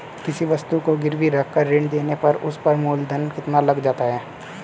किसी वस्तु को गिरवी रख कर ऋण लेने पर उस पर मूलधन कितना लग जाता है?